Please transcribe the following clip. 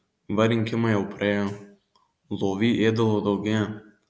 va rinkimai jau praėjo lovy ėdalo daugėja